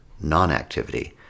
non-activity